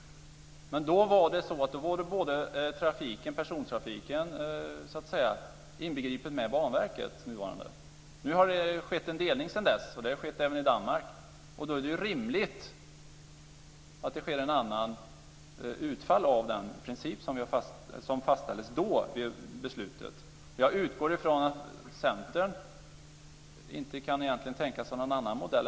Men då var persontrafiken så att säga inbegripen med nuvarande Banverket. Sedan dess har det skett en delning. Det har skett även i Danmark. Då är det ju rimligt att det blir ett annat utfall av den princip som då fastställdes i beslutet. Jag utgår från att Centern inte kan tänka sig någon annan modell.